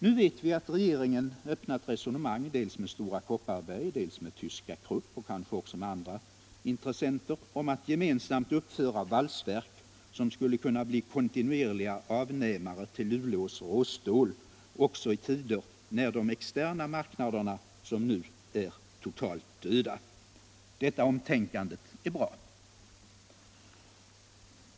Nu vet vi att regeringen öppnat resonemang med Stora Kopparberg, med tyska Krupp och kanske också med andra intressenter om att gemensamt uppföra valsverk som skulle kunna bli kontinuerliga avnämare till Luleås råstål också i tider när de externa marknaderna — som nu -— är totalt döda. Detta omtänkande är bra.